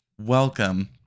Welcome